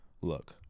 look